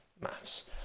Maths